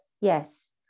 yes